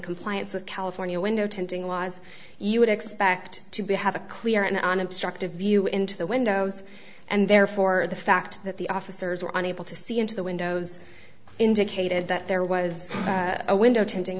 compliance with california window tinting laws you would expect to be have a clear and unobstructed view into the windows and therefore the fact that the officers were unable to see into the windows indicated that there was a window tinting